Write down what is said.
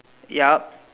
yup